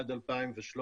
עד 2013,